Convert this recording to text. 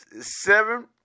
seven